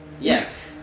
Yes